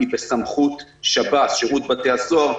היא בסמכות שירות בתי הסוהר.